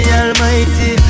almighty